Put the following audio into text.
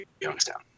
Youngstown